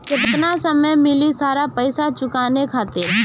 केतना समय मिली सारा पेईसा चुकाने खातिर?